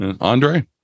Andre